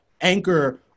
anchor